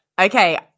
okay